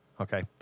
Okay